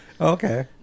Okay